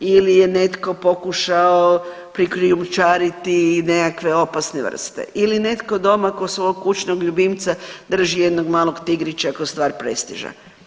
Ili je netko pokušao prokrijumčariti nekakve opasne vrste ili netko doma kao svog kućnog ljubimca drži jednog malog tigrića kao stvar prestiža.